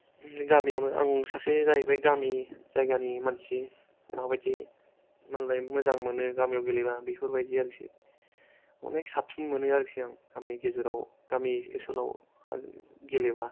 गामियावनो आं सासे जाहैबाय गामि जायगानि मानसि माबायदि मोनलाय मोजां मोनो गामियाव गेलेबा बेफोरबायदि आरोखि अनेक साबसिन मोनो आरोखि आं गामि गेजेराव गामि ओनसोलाव आं गेलेबा